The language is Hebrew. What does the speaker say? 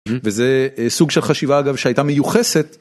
וזה סוג של חשיבה אגב שהייתה מיוחסת.